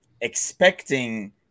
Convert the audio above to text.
expecting –